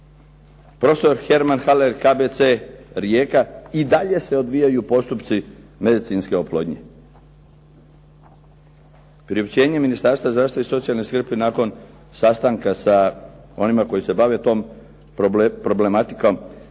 Profesor Herman Haller, KBC Rijeka "I dalje se odvijaju postupci medicinske oplodnje". Priopćenje Ministarstva zdravstva i socijalne skrbi nakon sastanka sa onima koji se bave tom problematikom.